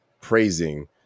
praising